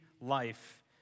life